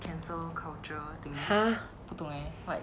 !huh!